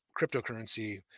cryptocurrency